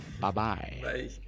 Bye-bye